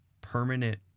permanent